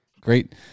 great